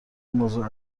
موضوع